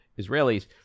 israelis